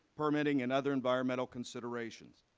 permitting and other environmental considerations.